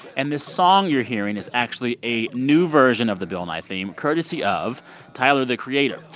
and this song you're hearing is actually a new version of the bill nye theme courtesy of tyler, the creator.